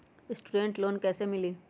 Student loan कैसे मिली?